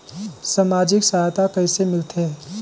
समाजिक सहायता कइसे मिलथे?